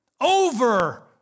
over